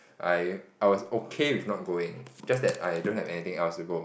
I I was okay with not going just that I don't have anything else to go